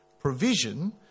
provision